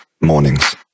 mornings